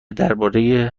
درباره